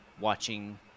Watching